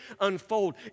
unfold